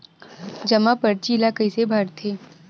जमा परची ल कइसे भरथे?